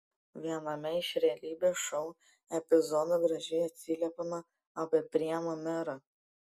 viename iš realybės šou epizodų gražiai atsiliepiama apie prienų merą